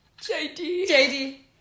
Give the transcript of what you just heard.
JD